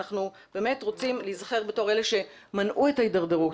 אנחנו באמת רוצים להיזכר בתור אלה שמנעו את ההידרדרות